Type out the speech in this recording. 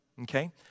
okay